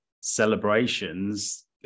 celebrations